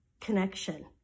connection